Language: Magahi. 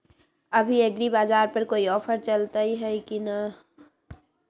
अभी एग्रीबाजार पर कोई ऑफर चलतई हई की न?